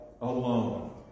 alone